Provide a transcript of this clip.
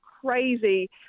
crazy